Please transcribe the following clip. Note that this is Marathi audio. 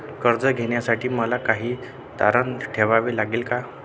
कर्ज घेण्यासाठी मला काही तारण ठेवावे लागेल का?